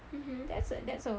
mmhmm